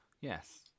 Yes